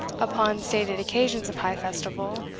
upon stated occasions of high festival,